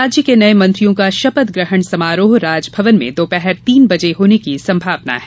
राज्य के नये मंत्रियों का शपथ ग्रहण समारोह राजभवन में दोपहर तीन बजे होने की संभावना है